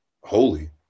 holy